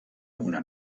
una